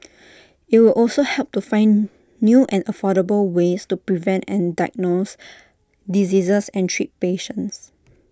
IT will also help to find new and affordable ways to prevent and diagnose diseases and treat patients